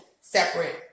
separate